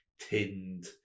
tinned